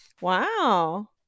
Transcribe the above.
Wow